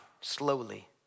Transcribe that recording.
slowly